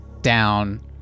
down